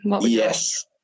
Yes